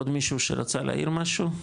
עוד מישהו שרצה להעיר משהו?